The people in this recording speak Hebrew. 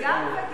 גם וגם.